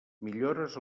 millores